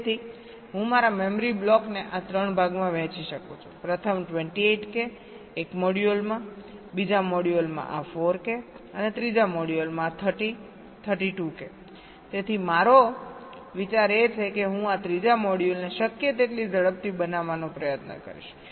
તેથી હું મારા મેમરી બ્લોકને આ 3 ભાગમાં વહેંચી શકું છું પ્રથમ 28 k એક મોડ્યુલમાંબીજા મોડ્યુલમાં આ 4 કે અને ત્રીજા મોડ્યુલમાં આ 30 32 કે તેથી મારો વિચાર એ છે કે હું આ ત્રીજા મોડ્યુલને શક્ય તેટલી ઝડપથી બનાવવાનો પ્રયત્ન કરીશ